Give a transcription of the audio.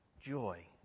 joy